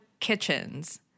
kitchens